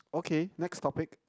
okay next topic